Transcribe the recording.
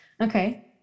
Okay